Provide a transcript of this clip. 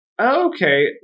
okay